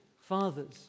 fathers